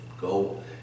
go